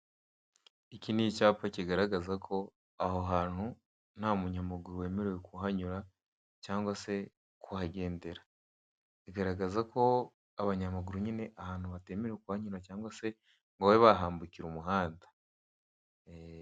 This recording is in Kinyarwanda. Iki nicyapa kigaragaza ko aha hantu ntamunyamaguru wemerewe kuhanyura cyangwa se kuhagendera, bigaragaza ko abanyamaguru nyine ahantu batemerewe kuhanyura cyangwa se ngo babe bahambukira umuhanda.